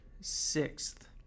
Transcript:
sixth